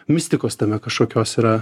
mistikos tame kažkokios yra